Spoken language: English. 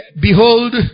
behold